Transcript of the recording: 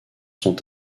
sont